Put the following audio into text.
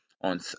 on